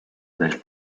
del